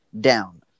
down